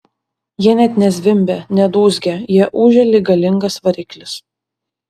jie net ne zvimbia ne dūzgia jie ūžia lyg galingas variklis